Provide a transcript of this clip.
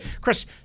Chris